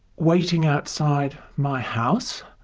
waiting outside my house,